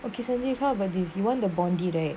occasionally you heard about this you want the bondi right